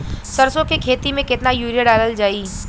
सरसों के खेती में केतना यूरिया डालल जाई?